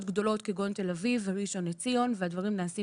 גדולות כגון תל אביב וראשון לציון והדברים נעשים